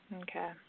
Okay